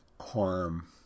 harm